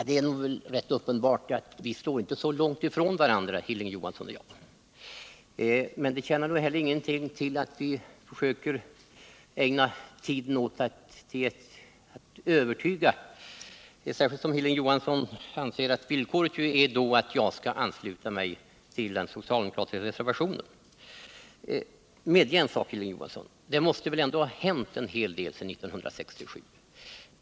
Herr talman! Det är uppenbart att Hilding Johansson och jag inte står särskilt långt från varandra, men det tjänar ingenting till att vi försöker ägna tiden här åt att övertyga varandra — särskilt som Hilding Johansson anser att villkoret då är att jag skall helt ansluta mig till den socialdemokratiska reservationen. Medge en sak, Hilding Johansson! Det måste väl ändå ha hänt en hel del sedan 1967?